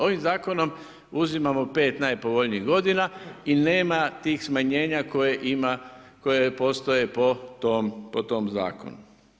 Ovim zakonom uzimamo 5 najpovoljnijih godina i nema tih smanjenja koje postoje po tom Zakonu.